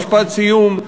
משפט סיום,